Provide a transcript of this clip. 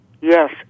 Yes